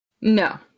No